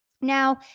Now